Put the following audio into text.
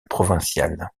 provinciale